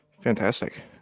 Fantastic